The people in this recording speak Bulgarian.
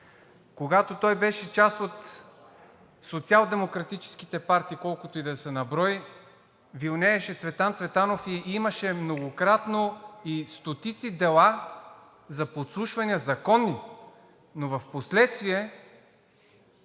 Когато той беше част от социалдемократическите партии, колкото и да са на брой, вилнееше Цветан Цветанов и имаше многократно, и стотици дела за законни подслушвания. Впоследствие